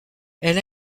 elle